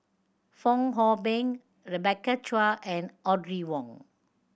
Fong Hoe Beng Rebecca Chua and Audrey Wong